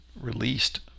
released